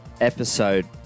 Episode